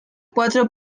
cuatro